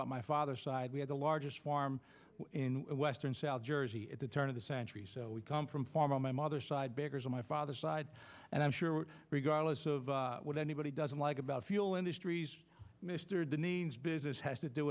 about my father's side we had the largest farm in western south jersey at the turn of the century so we come from for my mother's side beggar's my father's side and i'm sure regardless of what anybody doesn't like about fuel industries mr de neen business has to do